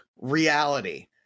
reality